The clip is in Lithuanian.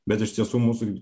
bet iš tiesų mūsų